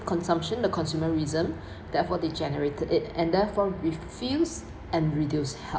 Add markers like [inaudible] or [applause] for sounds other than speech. consumption the consumerism [breath] therefore they generated it and therefore refuse and reduce help